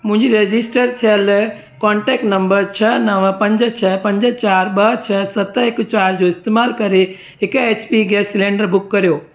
मुंहिंजे रजिस्टर थियल contact number छह नव पंज छह पंज चारि ॿ छह सत हिकु चारि जो इस्तेमालु करे हिक एचपी गैस सिलेंडर बुक कयो